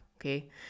okay